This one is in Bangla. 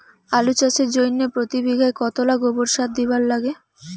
আলু চাষের জইন্যে প্রতি বিঘায় কতোলা গোবর সার দিবার লাগে?